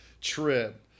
trip